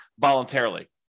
voluntarily